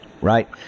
right